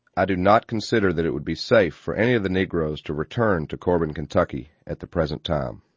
i do not consider that it would be safe for any of the negroes to return to corbin, kentucky at the present time.